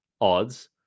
odds